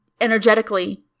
energetically